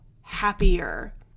happier